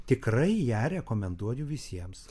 tikrai ją rekomenduoju visiems